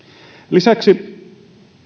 lisäksi